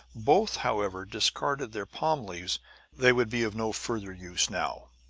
both, however, discarded their palm leaves they would be of no further use now.